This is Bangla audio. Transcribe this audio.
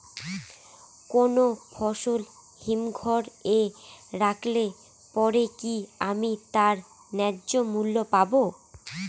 কোনো ফসল হিমঘর এ রাখলে পরে কি আমি তার ন্যায্য মূল্য পাব?